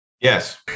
yes